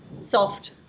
soft